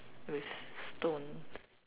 with stones